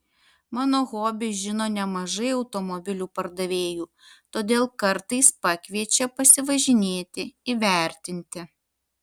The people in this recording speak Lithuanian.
mano hobį žino nemažai automobilių pardavėjų todėl kartais pakviečia pasivažinėti įvertinti